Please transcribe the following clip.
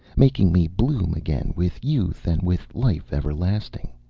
making me bloom again with youth and with life everlasting!